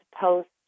post